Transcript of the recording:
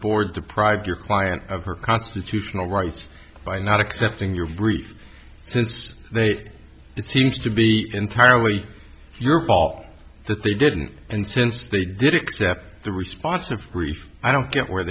board deprived your client of her constitutional rights by not accepting your brief since they it seems to be entirely your fault that they didn't and since they did accept the response of grief i don't get where